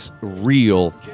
real